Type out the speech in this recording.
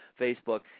Facebook